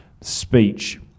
speech